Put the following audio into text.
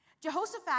Jehoshaphat